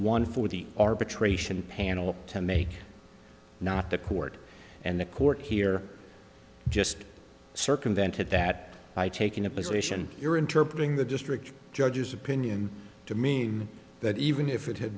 one for the arbitration panel to make not the court and the court here just circumvented that by taking a position your interpret in the district judge's opinion to mean that even if it had